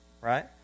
right